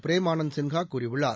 frame Anand Sinha கூறியுள்ளார்